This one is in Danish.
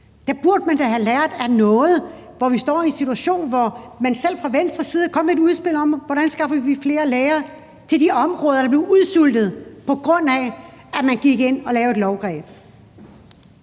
man burde da have lært noget af det. Vi stod i en situation, hvor man selv fra Venstres side kom med et udspil til, hvordan man skaffede flere lærere til de områder, der blev udsultet, på grund af at man gik ind og lavede et lovindgreb.